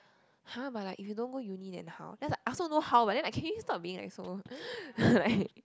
!huh! but like if you don't go uni then how I also don't know how but then can you stop being like so like